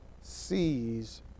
sees